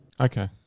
Okay